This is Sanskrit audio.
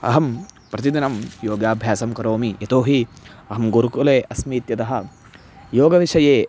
अहं प्रतिदिनं योगाभ्यासं करोमि यतो हि अहं गुरुकुले अस्मि इत्यतः योगविषये